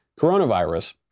coronavirus